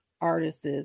artists